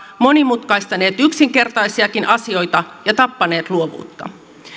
monimutkaistaneet yksinkertaisiakin asioita ja tappaneet luovuutta